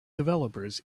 developers